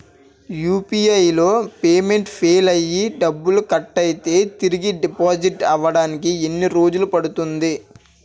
UPI లో payment fail అయ్యి డబ్బులు కట్ అయితే తిరిగి డిపాజిట్ అవ్వడానికి ఎన్ని రోజులు పడుతుంది?